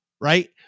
right